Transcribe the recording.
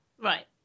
Right